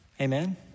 Amen